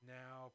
now